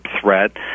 threat